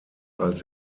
als